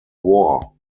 war